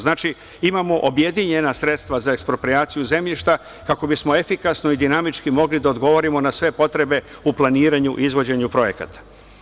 Znači, imamo objedinjena sredstva za eksproprijaciju zemljišta kako bismo efikasno i dinamički mogli da odgovorimo na sve potrebe u planiranju, izvođenju projekata.